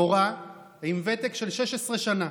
מורה עם ותק של 16 שנה